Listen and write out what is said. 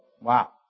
wow